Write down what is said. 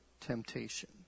temptation